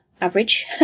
average